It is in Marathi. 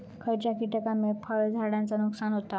खयच्या किटकांमुळे फळझाडांचा नुकसान होता?